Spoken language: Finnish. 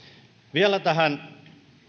vielä tähän